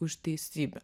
už teisybę